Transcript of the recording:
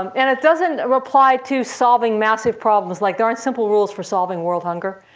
um and it doesn't ah apply to solving massive problems. like there aren't simple rules for solving world hunger.